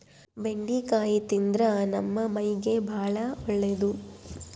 ಬೆಂಡಿಕಾಯಿ ತಿಂದ್ರ ನಮ್ಮ ಮೈಗೆ ಬಾಳ ಒಳ್ಳೆದು